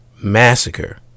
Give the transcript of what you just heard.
massacre